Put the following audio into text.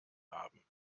haben